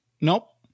Nope